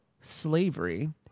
slavery